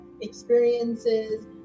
experiences